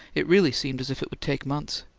it really seemed as if it would take months.